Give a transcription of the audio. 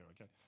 okay